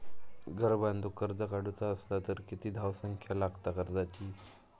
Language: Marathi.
घर बांधूक कर्ज काढूचा असला तर किती धावसंख्या लागता कर्जाची?